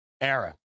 era